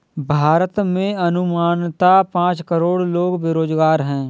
भारत में अनुमानतः पांच करोड़ लोग बेरोज़गार है